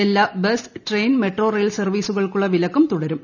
എല്ലാ bus train metro rail സർവീസുകൾക്കുള്ള വിലക്കും തുടരും